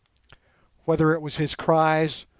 whether it was his cries,